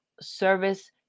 service